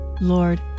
Lord